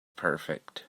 perfect